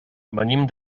venim